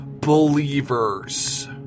Believers